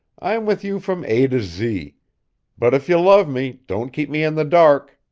i'm with you from a to z but if you love me, don't keep me in the dark.